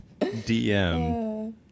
DM